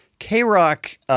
K-Rock